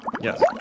Yes